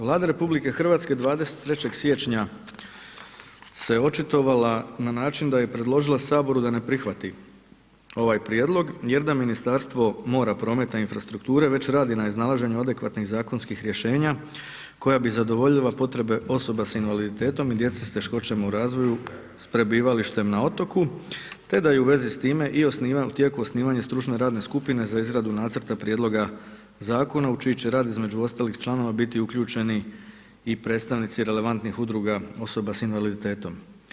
Vlada RH 23. siječnja se očitovala na način da je predložila Saboru da ne prihvati ovaj prijedlog jer da Ministarstvo mora, prometa i infrastrukture već radi na iznalaženju adekvatnih zakonskih rješenja koja bi zadovoljila potrebe osoba s invaliditetom i djece sa teškoćama u razvoju sa prebivalištem na otoku, te da je i u vezi s time u tijeku osnivanje stručne radne skupine za izradu nacrta prijedloga zakona u čiji će rad između ostalih članova biti uključeni i predstavnici relevantnih udruga osoba sa invaliditetom.